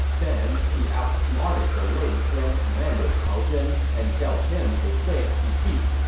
then, he outsmarted the wei grand commander cao zhen and dealt him a big defeat.